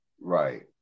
Right